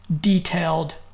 detailed